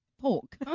pork